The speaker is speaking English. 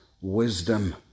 wisdom